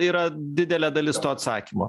yra didelė dalis to atsakymo